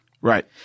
Right